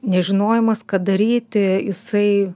nežinojimas ką daryti jisai